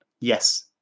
Yes